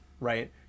right